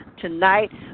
tonight